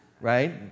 right